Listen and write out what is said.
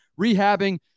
rehabbing